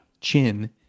chin